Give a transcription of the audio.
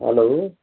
hello